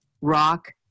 rock